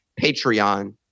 Patreon